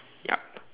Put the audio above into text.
yup